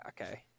okay